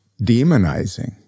demonizing